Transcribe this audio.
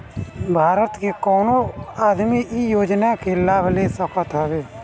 भारत के कवनो आदमी इ योजना के लाभ ले सकत हवे